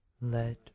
let